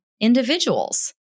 individuals